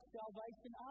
salvation